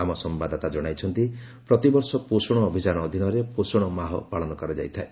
ଆମ ସମ୍ଭାଦଦାତା ଜଣାଇଛନ୍ତି ପ୍ରତିବର୍ଷ ପୋଷଣ ଅଭିଯାନ ଅଧୀନରେ ପୋଷଣ ମାହ ପାଳନ କରାଯାଇଥାଏ